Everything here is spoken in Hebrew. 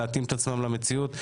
להתאים את עצמם למציאות.